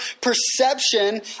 perception